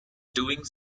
doing